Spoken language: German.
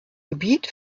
gebiet